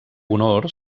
honor